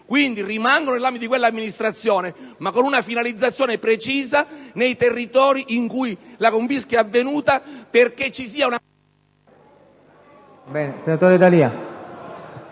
risorse rimangono nell'ambito di quell'amministrazione ma con una finalizzazione precisa nei territori in cui la confisca è avvenuta. Chiediamo